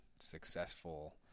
successful